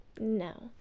no